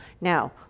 Now